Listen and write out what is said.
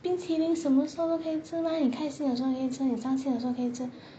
冰淇淋什么时候都可以吃你开心的时候可以吃你伤心的时候可以吃